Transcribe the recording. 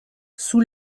sous